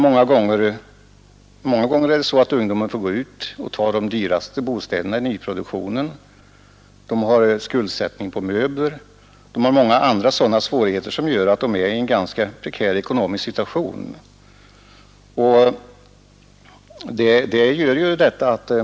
Många gånger måste ungdomarna ta de dyraste bostäderna i nyproduktionen, de har ådragit sig skuldsättning för möbler etc., vilket sammanlagt gör att de befinner sig i en ganska prekär ekonomisk situation.